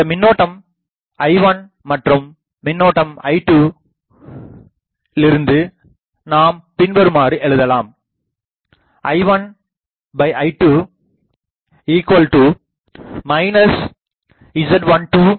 இந்த மின்னோட்டம் I1 மற்றும் மின்னோட்டம் I2 இருந்து நாம் பின்வருமாறு எழுதலாம் I1 I2 Z12 Z11